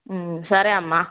సరే అమ్మ